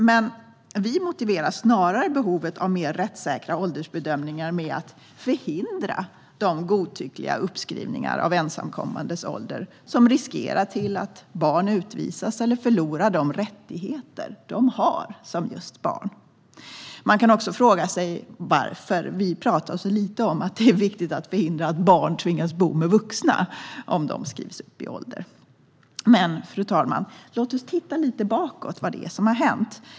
Men vi motiverar snarare behovet av mer rättssäkra åldersbedömningar med att det ska förhindra de godtyckliga uppskrivningarna av ensamkommandes ålder som riskerar att leda till att barn utvisas eller förlorar de rättigheter de har som just barn. Man kan också fråga sig varför vi talar så lite om att det är viktigt att förhindra att barn kan tvingas bo med vuxna om de skrivs upp i ålder. Fru talman! Låt oss titta lite bakåt på vad som har hänt.